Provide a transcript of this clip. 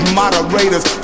moderators